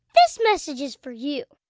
this message is for you